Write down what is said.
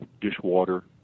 dishwater